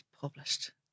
published